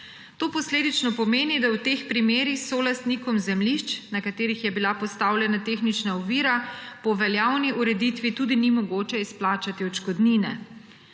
To posledično pomeni, da v teh primerih solastnikom zemljišč, na katerih je bila postavljena tehnična ovira, po veljavni ureditvi tudi ni mogoče izplačati odškodnine.